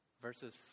Verses